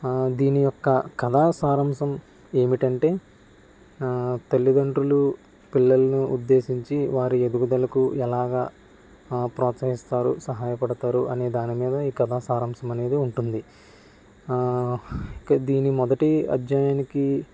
దీని యొక్క కథా సారాంశం ఏమిటంటే తల్లిదండ్రులు పిల్లలను ఉద్దేశించి వారి ఎదుగుదలకు ఎలాగా ప్రోత్సహిస్తారు సహాయపడతారు అనే దానిమీద ఈ కథా సారాంశం అనేది ఉంటుంది ఓకే దీని మొదటి అధ్యాయానికి